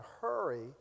Hurry